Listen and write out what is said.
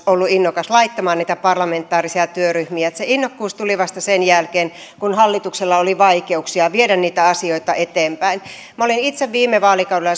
ollut innokas laittamaan niitä parlamentaarisia työryhmiä se innokkuus tuli vasta sen jälkeen kun hallituksella oli vaikeuksia viedä niitä asioita eteenpäin minä olin itse viime vaalikaudella